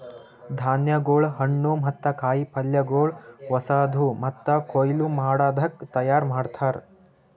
ಧಾನ್ಯಗೊಳ್, ಹಣ್ಣು ಮತ್ತ ಕಾಯಿ ಪಲ್ಯಗೊಳ್ ಹೊಸಾದು ಮತ್ತ ಕೊಯ್ಲು ಮಾಡದಾಗ್ ತೈಯಾರ್ ಮಾಡ್ತಾರ್